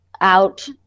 out